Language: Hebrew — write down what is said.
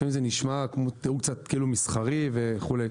לפעמים זה נשמע כמו טיעון מסחרי וכדומה.